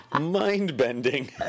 mind-bending